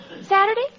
Saturday